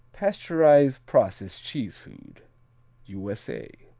pasteurized process cheese food u s a.